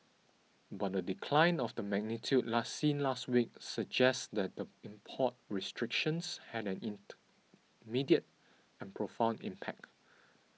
but a decline of the magnitude last seen last week suggests that the import restrictions had an and profound impact